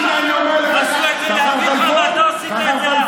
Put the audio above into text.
הם עשו את זה לאביך ואתה עשית את זה לה.